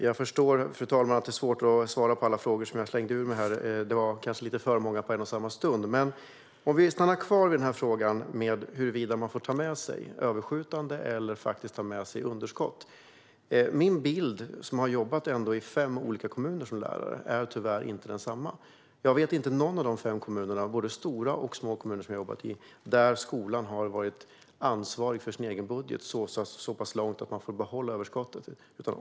Fru talman! Jag förstår att det är svårt att svara på alla frågor som jag ställde. Det var kanske lite för många på en gång. Men låt oss stanna kvar vid frågan om man får ta med sig överskott eller underskott. Jag har ändå jobbat som lärare i fem olika kommuner. Min bild är tyvärr inte samma som Ulrika Carlssons. I ingen av de fem kommunerna - jag har jobbat i både stora och små kommuner - har skolan varit ansvarig för sin egen budget i så hög grad att man får behålla överskottet.